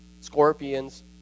scorpions